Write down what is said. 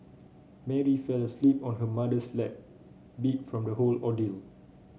Mary fell asleep on her mother's lap beat from the whole ordeal